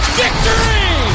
victory